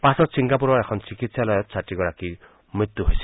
পাছত ছিংগাপুৰৰ এখন চিকিৎসালয়ত ছাত্ৰীগৰাকীৰ মৃত্যু হৈছিল